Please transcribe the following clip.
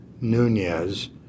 Nunez